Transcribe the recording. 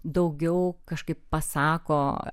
daugiau kažkaip pasako